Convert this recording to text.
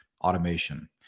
automation